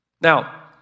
Now